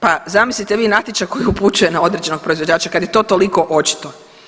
Pa zamislite vi natječaj koji upućuje na određenog proizvođača, kad je to toliko očito.